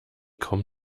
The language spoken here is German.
kaum